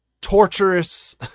torturous